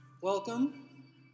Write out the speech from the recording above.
Welcome